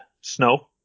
snow